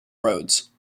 roads